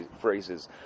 phrases